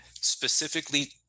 specifically